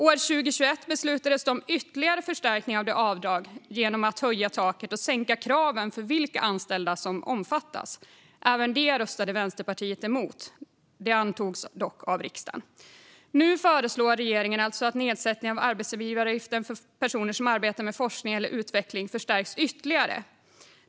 År 2021 beslutades det om ytterligare förstärkning av detta avdrag genom att taket höjdes och kraven sänktes för vilka anställda som omfattas. Även detta röstade Vänsterpartiet mot. Det antogs dock av riksdagen. Nu föreslår regeringen alltså att nedsättningen av arbetsgivaravgifterna för personer som arbetar med forskning eller utveckling förstärks ytterligare.